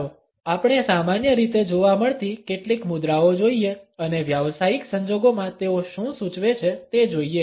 ચાલો આપણે સામાન્ય રીતે જોવા મળતી કેટલીક મુદ્રાઓ જોઈએ અને વ્યાવસાયિક સંજોગોમાં તેઓ શું સૂચવે છે તે જોઈએ